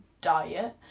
diet